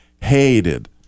hated